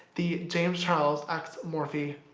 the james charles x morphe